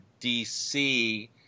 DC